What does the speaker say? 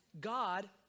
God